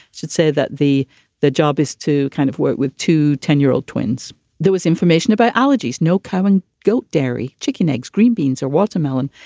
she'd say that the the job is to kind of work with two ten year old twins. there was information about allergies. no, come on. goat, dairy, chicken eggs, green beans or watermelon.